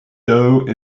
dough